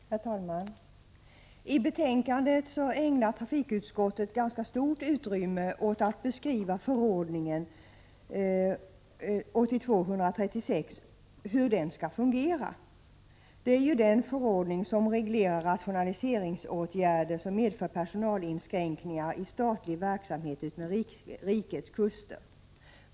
Herr talman! I betänkandet ägnar trafikutskottet ganska stort utrymme åt att beskriva hur förordningen 1982:136 skall fungera. Det är den förordning som reglerar rationaliseringsåtgärder som medför personalinskränkningar i statlig verksamhet utmed rikets kuster.